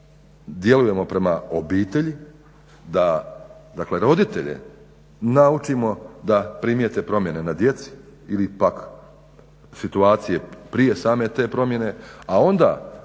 djelujemo prema obitelji, da roditelje naučimo da primijete promjene na djeci ili pak situacije prije same te promjene, a onda